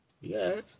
Yes